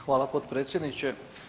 Hvala potpredsjedniče.